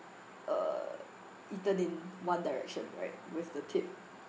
uh eaten in one direction right with the tip